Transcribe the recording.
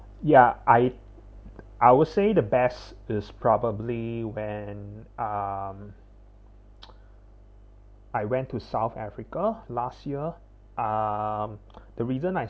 ya I I would say the best is probably when um I went to south africa last year um the reason I